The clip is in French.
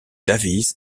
davies